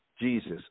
Jesus